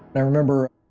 i remember